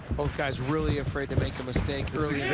both guys really afraid to make a mistake early.